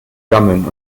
gammeln